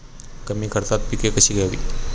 कमी खर्चात पिके कशी घ्यावी?